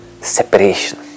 separation